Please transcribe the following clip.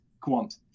quant